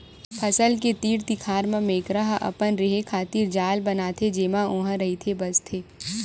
फसल के तीर तिखार म मेकरा ह अपन रेहे खातिर जाल बनाथे जेमा ओहा रहिथे बसथे